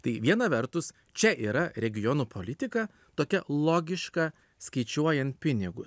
tai viena vertus čia yra regionų politika tokia logiška skaičiuojant pinigus